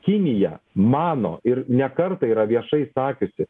kinija mano ir ne kartą yra viešai sakiusi